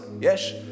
Yes